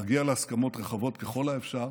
להגיע להסכמות רחבות ככל האפשר,